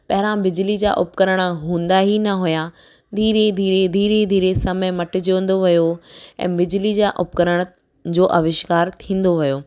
पहिरां बिजली जा उपकरण हूंदा ई न हुआ धीरे धीरे धीरे धीरे समय मटिजंदो वियो ऐं बिजली जा उपकरण जो अविष्कार थींदो वियो